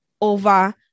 over